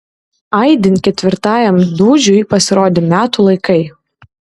aidint ketvirtajam dūžiui pasirodė metų laikai